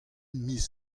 miz